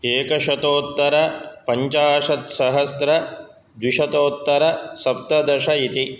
एकशतोत्तरपञ्चाशत्सहस्रद्विशतोत्तरसप्तदश इति